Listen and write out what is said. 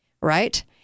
right